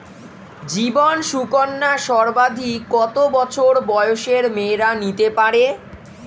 জীবন সুকন্যা সর্বাধিক কত বছর বয়সের মেয়েরা নিতে পারে?